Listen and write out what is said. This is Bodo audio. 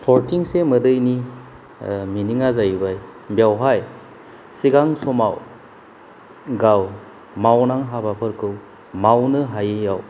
थरथिंसे मोदैनि मिनिङा जाहैबाय बेयावहाय सिगां समाव गाव मावनां हाबाफोरखौ मावनो हायियाव